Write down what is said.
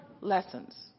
lessons